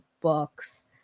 books